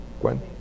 Gwen